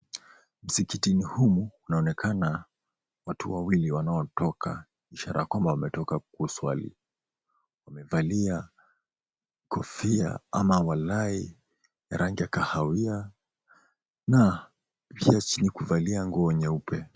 Msikitini humu kunaonekana watu wawili wanaotoka, ishara kwamba wametoka kuswali. Wamevalia kofia ama walai ya rangi ya kahawia na pia chini kuvalia nguo nyeupe.